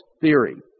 theory